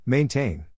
Maintain